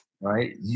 Right